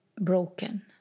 broken